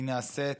היא נעשית